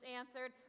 answered